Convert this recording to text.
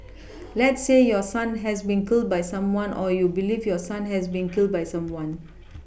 let's say your son has been killed by someone or you believe your son has been killed by someone